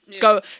go